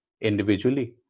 individually